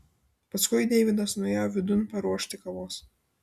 paskui deividas nuėjo vidun paruošti kavos